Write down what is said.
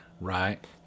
Right